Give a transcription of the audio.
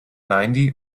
ninety